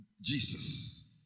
Jesus